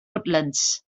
woodlands